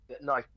No